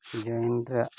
ᱡᱚᱭᱮᱱ ᱨᱮᱭᱟᱜ